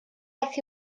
aeth